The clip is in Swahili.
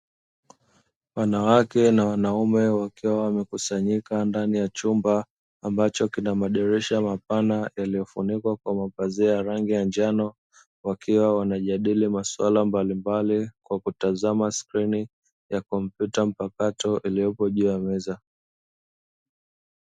Wanawake na wanaume wakiwa wamekusanyika ndani ya chumba ambacho kina madirisha mapana yaliyofunikwa kwa mapazia ya rangi ya njano wakiwa wanajadili maswala mbalimbali kwa kutazama skrini ya kompyuta mpakato iliyoko juu ya meza.